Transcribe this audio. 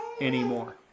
anymore